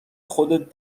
خودت